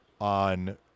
on